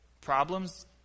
problems